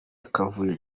akavuyo